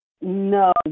No